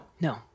No